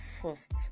first